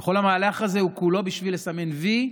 וכל המהלך הזה הוא כולו בשביל לסמן "וי"